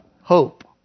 hope